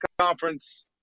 conference